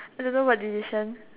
I don't know what decision